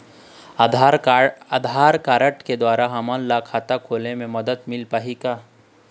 आधार card के द्वारा हमन ला खाता खोले म मदद मिल पाही का?